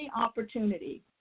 opportunity